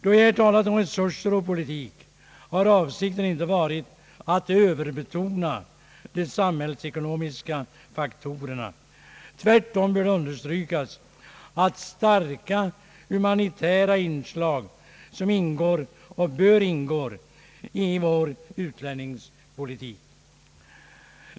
Då jag här talat om resurser och politik har avsikten inte varit att överbetona de samhällsekonomiska faktorerna. Tvärtom bör understrykas att starka humanitära inslag ingår och bör ingå i vår utlänningspolitik.